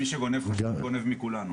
עוד פעם לבחון את הרציונל שעומד מאחורי זה?